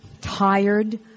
tired